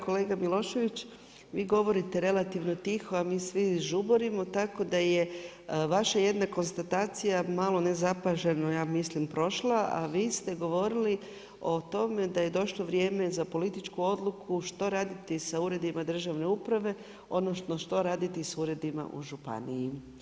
Kolega Milošević, vi govorite relativno tiho, a mi svi žuborimo, tako da je vaša jedna konstatacija malo nezapaženo, ja mislim, prošla, a vi ste govorili o tome da je došlo vrijeme za političku odluku, što raditi sa uredima državne uprave, odnosno, što raditi sa uredima u županiji.